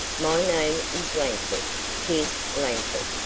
my name is langford pierce langford,